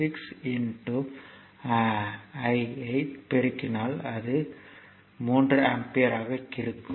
6 I ஐ பெருக்கினால் அது 3 ஆம்பியர் ஆக இருக்கும்